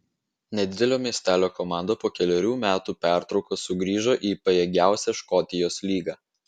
nedidelio miestelio komanda po kelerių metų pertraukos sugrįžo į pajėgiausią škotijos lygą